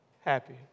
happy